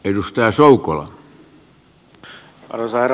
arvoisa herra puhemies